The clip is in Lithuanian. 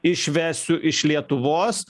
išvesiu iš lietuvos